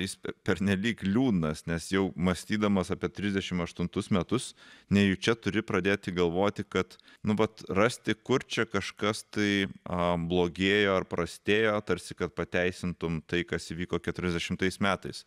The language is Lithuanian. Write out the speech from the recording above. jis pernelyg liūdnas nes jau mąstydamas apie trisdešimt aštuntus metus nejučia turi pradėti galvoti kad nu vat rasti kur čia kažkas tai aha blogėjo ar prastėjo tarsi kad pateisintum tai kas įvyko keturiasdešimtais metais